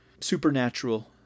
supernatural